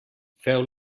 feu